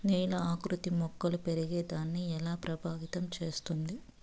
నేల ఆకృతి మొక్కలు పెరిగేదాన్ని ఎలా ప్రభావితం చేస్తుంది?